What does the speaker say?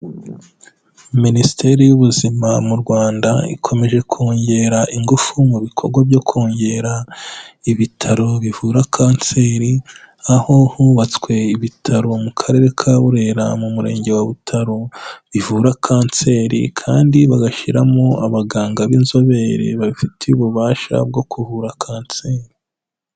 Minisiteri y'ubuzima mu Rwanda, ikomeje kongera ingufu mu bikorwa byo kongera ibitaro bivura kanseri, aho hubatswe ibitaro mu karere ka Burera, mu murenge wa Butaro, bivura kanseri kandi bagashyiramo abaganga b'inzobere babifitiye ububasha bwo kuvura kanseri.